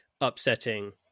upsetting